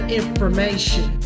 information